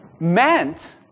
meant